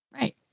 Right